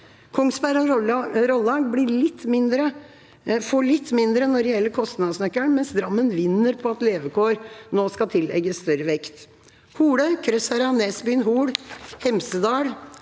Kongsberg og Rollag får litt mindre når det gjelder kostnadsnøkkelen, mens Drammen vinner på at levekår nå skal tillegges større vekt. Hole, Krødsherad, Nesbyen, Hol, Hemsedal